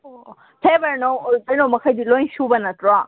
ꯑꯣ ꯑꯣ ꯐ꯭ꯂꯦꯚꯔ ꯅꯨꯡ ꯀꯩꯅꯣ ꯃꯈꯩꯗꯤ ꯂꯣꯏ ꯁꯨꯕ ꯅꯠꯇ꯭ꯔꯣ